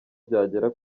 byagera